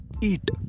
eat